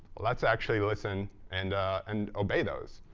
let's actually listen and and obey those.